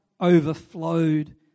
overflowed